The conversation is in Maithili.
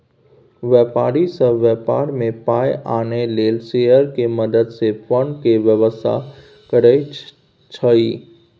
व्यापारी सब व्यापार में पाइ आनय लेल शेयर के मदद से फंड के व्यवस्था करइ छइ